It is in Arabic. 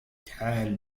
تعال